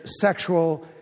sexual